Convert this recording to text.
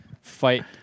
fight